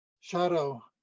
shadow